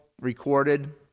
recorded